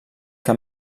que